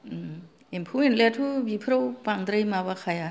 एम्फौ एनलायाथ' बिफोराव बांद्राय माबाखाया